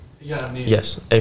Yes